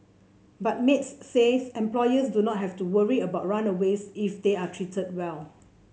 but maids says employers do not have to worry about runaways if they are treated well